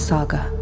Saga